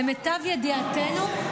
למיטב ידיעתנו,